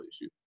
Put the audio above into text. issue